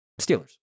Steelers